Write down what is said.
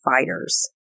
fighters